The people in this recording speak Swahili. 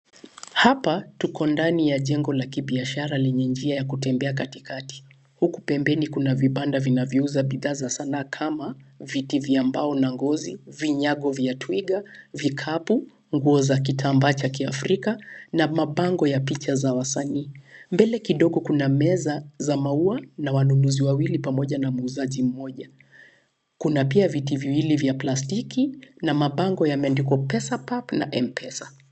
Hapa tuko ndani ya jengo la kibiashara lenye njia ya kutembea katikati. Huku pembeni kuna vibanda vinavyouza bidhaa za sanaa kama viti vya mbao na ngozi, vinyago vya twiga, vikapu, nguo za kitamba cha kiafrika na mabango ya picha za wasanii. Mbele kidogo kuna meza za maua na wanunuzi wawili pamoja na muuzaji mmoja. Kuna pia viti viwili vya plastiki na mabango yameandikwa Pesapap na Mpesa.